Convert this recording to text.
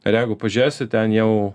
ir jeigu pažiūrėsi ten jau